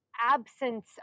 absence